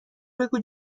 بگو